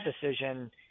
decision